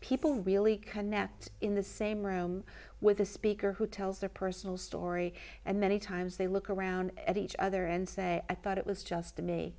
people really connect in the same room with a speaker who tells their personal story and many times they look around at each other and say i thought it was just me